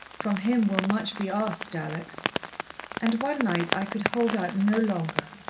from him will much be asked, alex and one night i could hold out no longer.